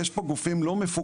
יש פה גופים לא מפוקחים.